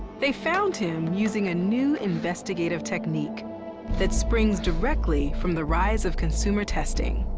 they found him using a new investigative technique that springs directly from the rise of consumer testing.